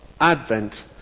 Advent